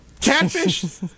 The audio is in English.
Catfish